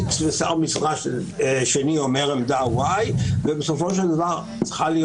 ושר במשרד שני אומר עמדה Y. בסופו של דבר צריכה להיות